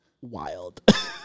wild